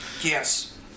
Yes